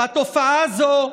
למה אתה לא מספר על, והתופעה הזו,